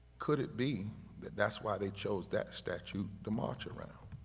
could it be that that's why they chose that statue to march around